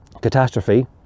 catastrophe